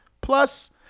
Plus